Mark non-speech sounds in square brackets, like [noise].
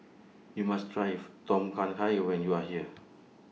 YOU must Try [unintelligible] Tom Kha Gai when YOU Are here